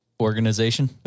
organization